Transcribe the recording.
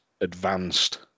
advanced